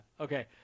okay